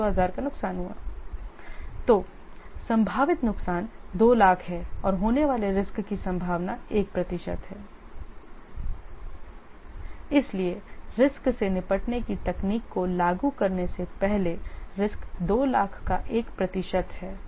तो संभावित नुकसान 200000 है और होने वाले रिस्क की संभावना 1 प्रतिशत है इसलिए रिस्क से निपटने की तकनीक को लागू करने से पहले रिस्क 200000 का 1 प्रतिशत है